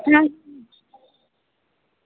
હા